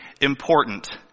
important